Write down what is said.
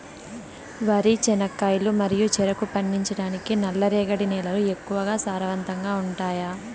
వరి, చెనక్కాయలు మరియు చెరుకు పండించటానికి నల్లరేగడి నేలలు ఎక్కువగా సారవంతంగా ఉంటాయా?